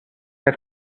had